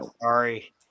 Sorry